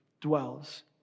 dwells